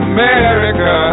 America